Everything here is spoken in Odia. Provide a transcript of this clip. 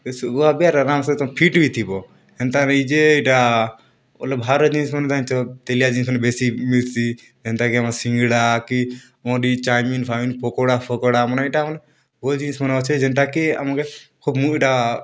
ଶୁଖ୍ବା ବି ଆରୁ ଆରାମ୍ସେ ତମେ ଫିଟ୍ ବି ଥିବ ହେନ୍ତା ନାଇଁ ଯେ ଇଟା ବଏଲେ ବାହାରର୍ ଜିନିଷମାନେ ଜନିଚ ତେଲିଆ ଜିନିଷ୍ ମନେ ବେଶୀ ମିଲ୍ସି ଏନ୍ତା କି ଆମର୍ ଶିଙ୍ଗ୍ଡ଼ା କି ଚାଉମିନ୍ ଫାଉମିନ୍ ପକୋଡ଼ା ଫାକୋଡ଼ାମାନେ ଇଟା ବହୁତ୍ ଜିନିଷ୍ ମାନେ ଅଛେ ଯେନ୍ତା କି ଆମ୍କୁ